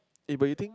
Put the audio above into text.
eh but you think